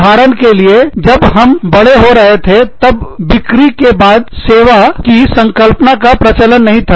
उदाहरण के लिए जब हम बड़े हो रहे थे तब बिक्री के बाद सेवा का संकल्पना का प्रचलन नहीं था